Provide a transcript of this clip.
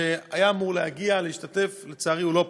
שהיה אמור להגיע, להשתתף, ולצערי הוא לא פה,